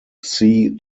town